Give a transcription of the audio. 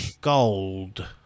Gold